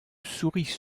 souris